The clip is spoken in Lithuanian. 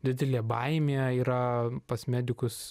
didelė baimė yra pas medikus